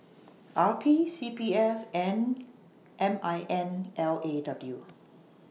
R P C P F and M I N L A W